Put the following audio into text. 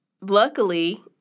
Luckily